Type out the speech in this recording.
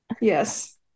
Yes